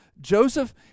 Joseph